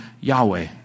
Yahweh